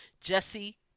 Jesse